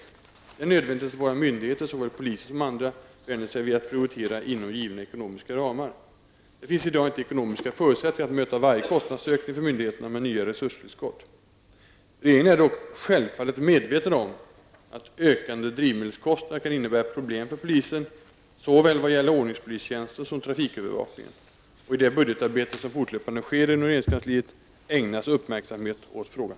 Det är nödvändigt att våra myndigheter -- såväl polisen som andra -- vänjer sig vid att prioritera inom givna ekonomiska ramar. Det finns i dag inte ekonomiska förutsättningar att möta varje kostnadsökning för myndigheterna med nya resurstillskott. Regeringen är dock självfallet medveten om att ökande drivmedelskostnader kan innebära problem för polisen -- vad gäller såväl ordningspolistjänsten som trafikövervakningen -- och i det budgetarbete som fortlöpande sker inom regeringskansliet ägnas uppmärksamhet åt frågan.